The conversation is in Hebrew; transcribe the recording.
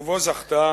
ובו זכתה